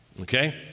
okay